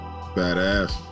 Badass